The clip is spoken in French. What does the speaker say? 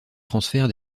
transfert